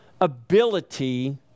ability